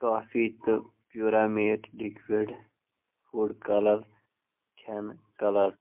کافی تہٕ پیٛوٗر امیٹ liquid food colour کھٮ۪نہٕ کَلَر